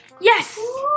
Yes